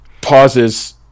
pauses